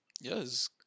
Yes